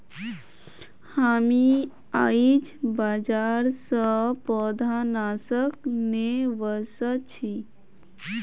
हामी आईझ बाजार स पौधनाशक ने व स छि